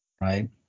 right